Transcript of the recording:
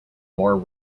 more